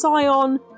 Sion